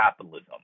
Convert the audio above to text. capitalism